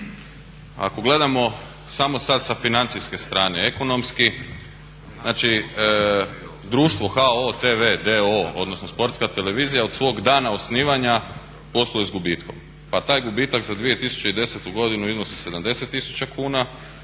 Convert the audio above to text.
Ako gledamo samo sad sa financijske strane ekonomski znači društvo HOO tv d.o.o. odnosno Sportska televizija od svog dana osnivanja posluje s gubitkom pa taj gubitak za 2010. godinu iznosi 70 tisuća